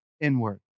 inward